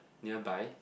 nearby